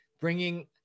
bringing